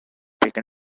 taken